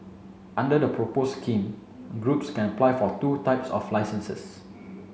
under the proposed scheme groups can apply for two types of licences